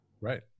Right